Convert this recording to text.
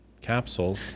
capsule